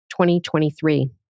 2023